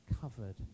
covered